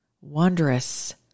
wondrous